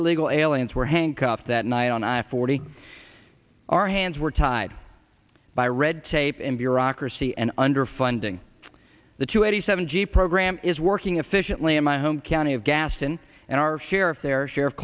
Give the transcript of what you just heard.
illegal aliens were handcuffed that night on i forty our hands were tied by red tape and bureaucracy and underfunding the two eighty seven g program is working efficiently in my home county of gaston and our sheriff there share of